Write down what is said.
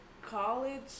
college